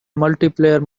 multiplayer